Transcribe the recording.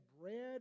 bread